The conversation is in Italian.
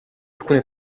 alcune